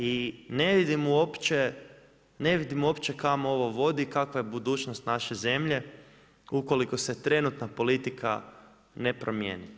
I ne vidim uopće kamo ovo vodi i kakva je budućnost naše zemlje ukoliko se trenutna politika ne promijeni.